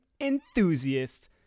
enthusiasts